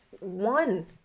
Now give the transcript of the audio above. one